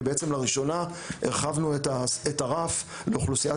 כי בעצם לראשונה הרחבנו את הרף לאוכלוסיית